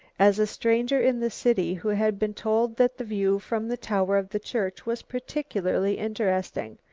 as a stranger in the city who had been told that the view from the tower of the church was particularly interesting.